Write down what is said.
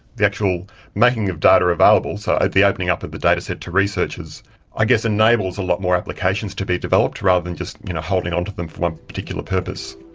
the actual making of data available, so the opening up of the dataset to researchers i guess enables a lot more applications to be developed rather than just you know holding onto them for um particular purpose.